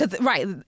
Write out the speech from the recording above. Right